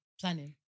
planning